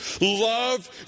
love